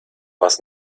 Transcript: was